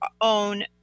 own